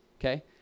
okay